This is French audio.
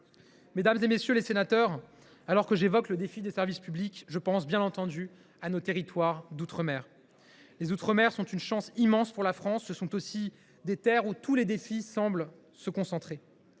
Mesdames, messieurs les sénateurs, alors que j’évoque le défi des services publics, je pense bien entendu à nos territoires d’outre mer. Les outre mer sont une chance immense pour la France. Ce sont aussi des terres où tous les défis semblent se concentrer